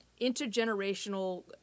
intergenerational